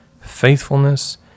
faithfulness